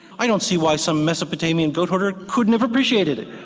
i don't see why some mesopotamian goat herder couldn't have appreciated it,